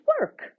work